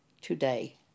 today